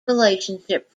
relationship